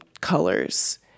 colors